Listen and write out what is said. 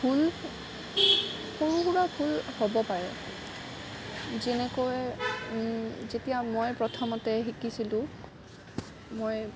ভুল সৰু সুৰা ভুল হ'ব পাৰে যেনেকৈ যেতিয়া মই প্ৰথমতে শিকিছিলো মই